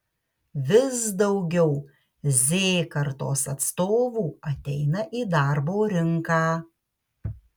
vis daugiau z kartos atstovų ateina į darbo rinką